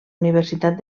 universitat